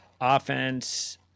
offense